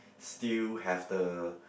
still have the